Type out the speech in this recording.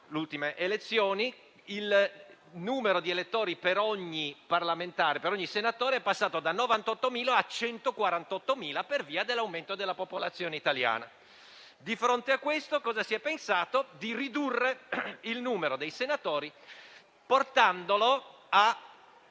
delle ultime elezioni, il numero di elettori per ogni senatore è passato da 98.000 a 148.000 per via dell'aumento della popolazione italiana. Di fronte a questo, si è pensato di ridurre il numero dei senatori, portandolo a